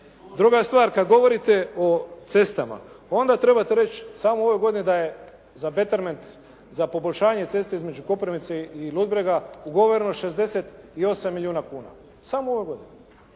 Druga stvar kada govorite o cestama, onda trebate reći samo u ovoj godini da je za … /Govornik se ne razumije./ … poboljšanje ceste između Koprivnice i Ludbrega ugovoreno je 68 milijuna kuna. Samo ove godine.